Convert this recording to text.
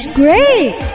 great